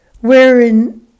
wherein